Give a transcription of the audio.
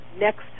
next